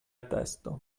testo